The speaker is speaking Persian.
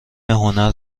هنر